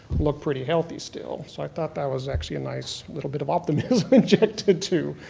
look pretty healthy still. so i thought that was actually a nice little bit of optimism injected to,